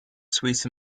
sweet